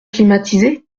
climatisée